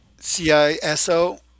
CISO